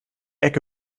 ecke